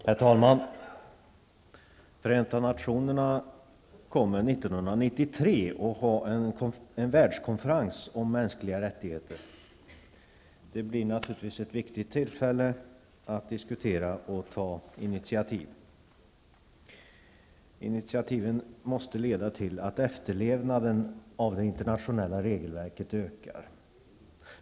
Herr talman! Förenta nationerna kommer 1993 att ha en världskonferens om mänskliga rättigheter. Det blir naturligtvis ett viktigt tillfälle att diskutera och ta initiativ. Dessa initiativ måste leda till att efterlevnaden av det internationella regelverket ökar.